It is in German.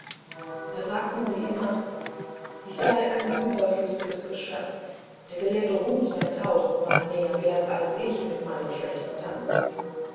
da sagten sie immer ich sei ein überflüssiges geschöpf der gelehrte hund sei tausendmal mehr wert als ich mit meinem schlechten tanzen